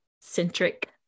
centric